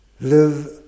live